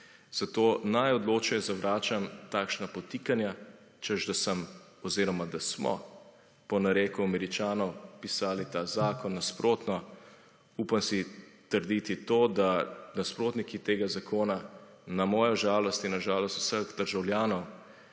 Zato najodločneje zavračam takšna podtikanja, češ da sem oziroma da smo po nareku Američanov pisali ta zakon. Nasprotno, upam si trditi, da nasprotniki tega zakona na mojo žalost in na žalost vseh državljanov